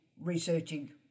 researching